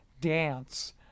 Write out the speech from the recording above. dance